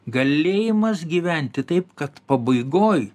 galėjimas gyventi taip kad pabaigoj